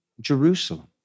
Jerusalem